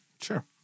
Sure